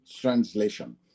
Translation